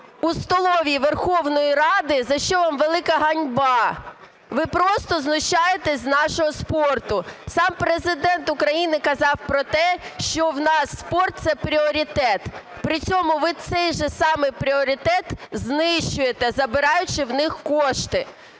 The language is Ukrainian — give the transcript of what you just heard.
у столовій Верховної Ради, за що вам велика ганьба, ви просто знущаєтесь з нашого спорту. Сам Президент України казав про те, що у нас спорт – це пріоритет. При цьому ви цей же самий пріоритет знищуєте, забираючи в них кошти.